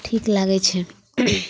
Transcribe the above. ठीक लागैत छै